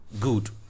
good